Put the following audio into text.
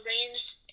arranged